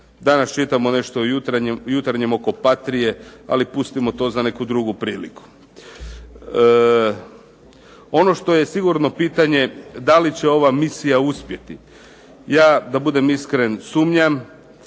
Danas čitamo nešto u Jutarnjem oko patrije ali pustimo to za neku drugu priliku. Ono što je sigurno pitanje da li će ova misija uspjeti ja da budem iskren sumnjam.